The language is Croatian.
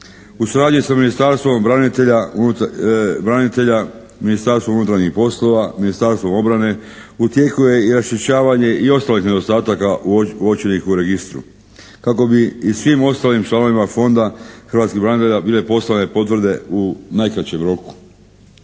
U suradnji sa Ministarstvom branitelja, Ministarstvom unutarnjih poslova, Ministarstvom obrane u tijeku je i raščišćavanje i ostalih nedostataka uočenih u registru kako bi i svim ostalim članovima Fonda hrvatskih branitelja bile poslane potvrde u najkraćem roku.